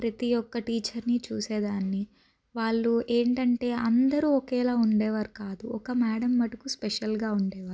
ప్రతీ ఒక టీచర్ని చూసేదాన్ని వాళ్ళు ఏంటంటే అందరూ ఒకేలా ఉండేవారు కాదు ఒక మ్యాడం మటుకు స్పెషల్గా ఉండేవారు